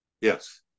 Yes